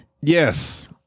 Yes